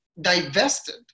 divested